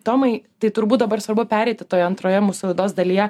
tomai tai turbūt dabar svarbu pereiti toje antroje mūsų laidos dalyje